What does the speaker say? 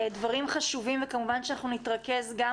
דברים חשובים וכמובן שאנחנו נתרכז גם